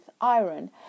iron